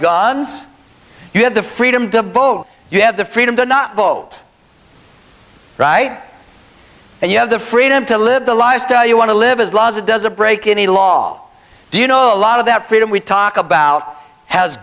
guns you have the freedom to vote you have the freedom to not vote right and you have the freedom to live the lifestyle you want to live as long as it doesn't break any law do you know a lot of that freedom we talk about has